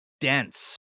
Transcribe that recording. dense